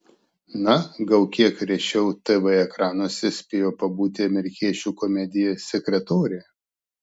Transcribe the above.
na gal kiek rečiau tv ekranuose spėjo pabūti amerikiečių komedija sekretorė